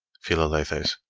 philalethes.